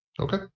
okay